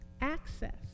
Access